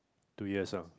two years ah